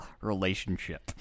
relationship